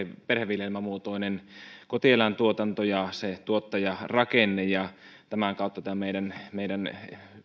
perheviljelmämuotoinen kotieläintuotanto ja se tuottajarakenne ja tämän kautta tämä meidän meidän